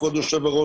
כבוד היו"ר,